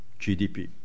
GDP